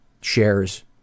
shares